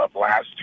last